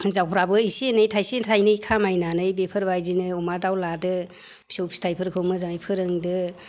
हिनजावफोराबो इसे एनै थाइसे थाइनै खामायनानै बेफोरबायदिनो अमा दाउ लादो फिसौ फिथाइफोरखौ मोजाङै फोरोंदो